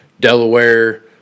Delaware